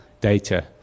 data